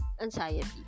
anxiety